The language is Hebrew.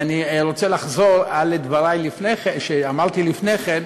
אני רוצה לחזור על דברי שאמרתי לפני כן,